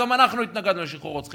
גם אנחנו התנגדנו לשחרור רוצחים,